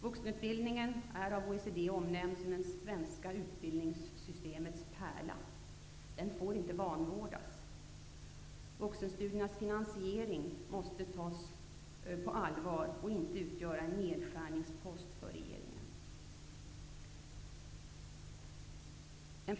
Vuxenutbildningen är av OECD omnämnd som det svenska utbildningssystemets pärla. Den får inte vanvårdas. Vuxenstudiernas finansiering måste tas på allvar, och vuxenutbildningen får inte utgöra en nedskärningspost för regeringen.